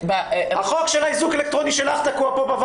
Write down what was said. היא צריכה לקדם אינטרסים נוספים שהם רחבים יותר מעמדתו של הנפגע.